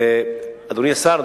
אדוני השר,